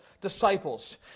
disciples